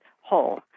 whole